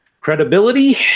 credibility